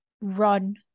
run